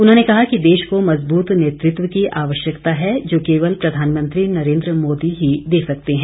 उन्होंने कहा कि देश को मजबूत नेतृत्व की आवश्यकता है जो केवल प्रधानमंत्री नरेन्द्र मोदी ही दे सकते हैं